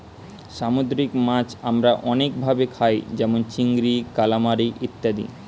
সামুদ্রিক মাছ আমরা অনেক ভাবে খাই যেমন চিংড়ি, কালামারী ইত্যাদি